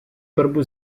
борьбу